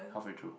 halfway through